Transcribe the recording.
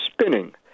spinning